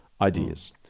ideas